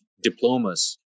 diplomas